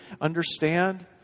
understand